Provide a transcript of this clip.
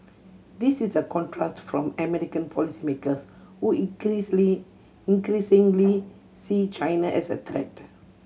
this is a contrast from American policymakers who increasingly see China as a threat